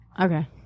Okay